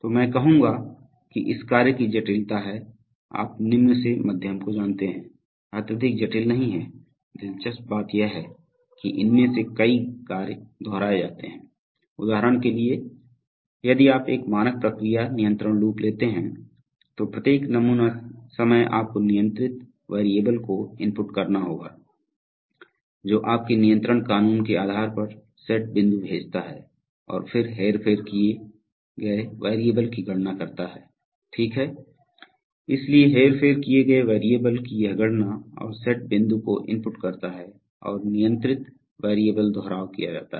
तो मैं कहूंगा कि इस कार्य की जटिलता हैं आप निम्न से मध्यम को जानते हैं अत्यधिक जटिल नहीं हैं दिलचस्प बात यह है कि इनमें से कई कार्य दोहराए जाते हैं उदाहरण के लिए यदि आप एक मानक प्रक्रिया नियंत्रण लूप लेते हैं तो प्रत्येक नमूना समय आपको नियंत्रित वेरिएबल को इनपुट करना होगा जो आपके नियंत्रण कानून के आधार पर सेट बिंदु भेजता है और फिर हेरफेर किए गए वेरिएबल की गणना करता है ठीक है इसलिए हेरफेर किए गए वेरिएबल की यह गणना और सेट बिंदु को इनपुट करता है और नियंत्रित वेरिएबल दोहराव किया जाता है